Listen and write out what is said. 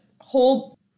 hold